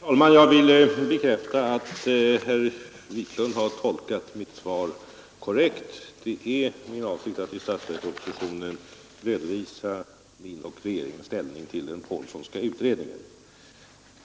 Herr talman! Jag vill bekräfta att herr Wiklund i Stockholm har tolkat mitt svar korrekt. Det är min avsikt att i statsverkspropositionen redovisa min och regeringens ställning till den Pålssonska utredningen.